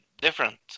different